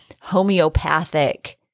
homeopathic